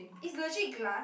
is legit glass